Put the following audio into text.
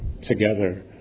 together